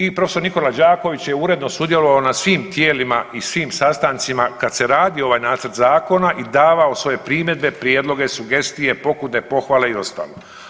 I prof. Nikola Đaković je uredno sudjelovao na svim tijelima i svim sastancima kad se radio ovaj nacrt zakona i davao svoje primjedbe, prijedloge, sugestije, pokude, pohvale i ostalo.